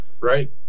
right